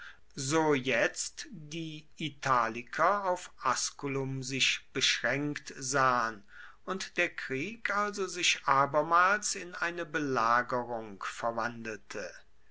so jetzt die italiker auf asculum sich beschränkt sahen und der krieg also sich abermals in eine belagerung verwandelte